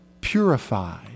purified